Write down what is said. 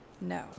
No